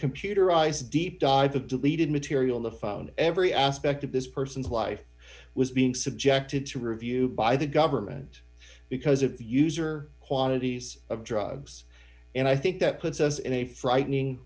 computerized deep dive of deleted material on the phone every aspect of this person's life was being subjected to review by the government because of the user quantities of drugs and i think that puts us in a frightening